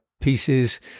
pieces